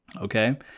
Okay